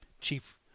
chief